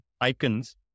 icons